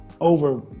over